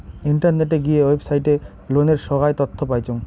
ইন্টারনেটে গিয়ে ওয়েবসাইটে লোনের সোগায় তথ্য পাইচুঙ